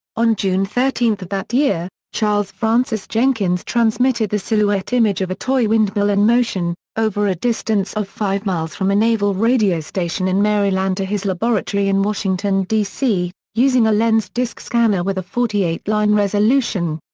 on june thirteen of that year, charles francis jenkins transmitted the silhouette image of a toy windmill in motion, over a distance of five miles from a naval radio station in maryland to his laboratory in washington, d c, using a lensed disk scanner with a forty eight line resolution.